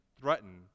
threaten